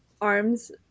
arms